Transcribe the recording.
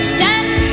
Stand